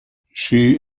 she